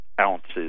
ounces